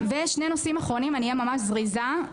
אהיה ממש זריזה.